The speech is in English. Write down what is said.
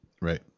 Right